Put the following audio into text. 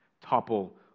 topple